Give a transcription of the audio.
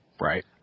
right